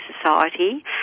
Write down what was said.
society